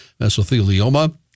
mesothelioma